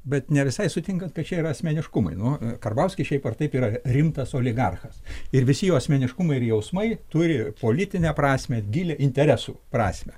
bet ne visai sutinkat kad čia yra asmeniškumai nu karbauskis šiaip ar taip yra rimtas oligarchas ir visi jo asmeniškumai ir jausmai turi politinę prasmę gylį interesų prasmę